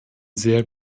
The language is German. sehr